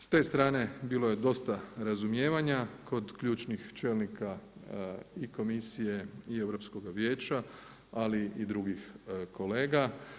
S te strane bilo je dosta razumijevanja kod ključnih čelnika i komisije i Europskoga vijeća, ali i drugih kolega.